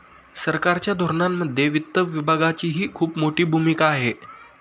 सरकारच्या धोरणांमध्ये वित्त विभागाचीही खूप मोठी भूमिका आहे